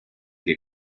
que